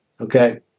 Okay